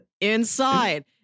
inside